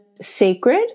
sacred